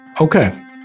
Okay